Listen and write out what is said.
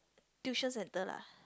tuition center lah